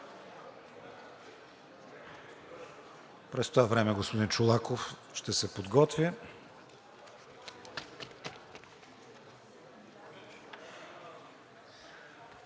През това време господин Чолаков ще се подготви.